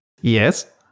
Yes